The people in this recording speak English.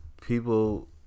people